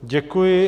Děkuji.